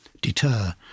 deter